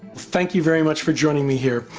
thank you very much for joining me here.